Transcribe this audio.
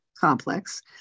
complex